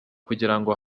kugirango